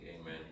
Amen